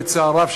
בצער רב,